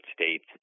States